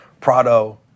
Prado